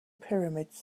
pyramids